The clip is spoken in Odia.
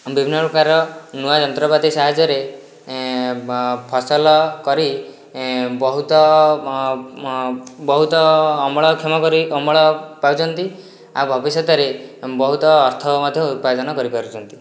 ବିଭିନ୍ନ ପ୍ରକାର ନୂଆ ଯନ୍ତ୍ରପାତି ସାହାଯ୍ୟରେ ଫସଲ କରି ବହୁତ ବହୁତ ଅମଳ କ୍ଷମ କରି ଅମଳ ପାଉଛନ୍ତି ଆଉ ଭବିଷ୍ୟତରେ ବହୁତ ଅର୍ଥ ମଧ୍ୟ ଉପାର୍ଜନ କରିପାରୁଛନ୍ତି